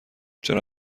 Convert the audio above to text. چرا